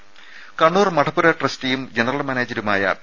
രാര കണ്ണൂർ മഠപ്പുര ട്രസ്റ്റിയും ജനറൽ മാനേജറുമായ പി